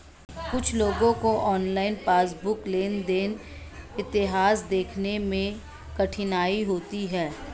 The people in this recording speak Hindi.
कुछ लोगों को ऑनलाइन पासबुक लेनदेन इतिहास देखने में कठिनाई होती हैं